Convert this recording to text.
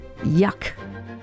Yuck